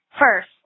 first